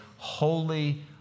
Holy